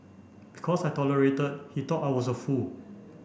because I tolerated he thought I was a fool